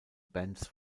bands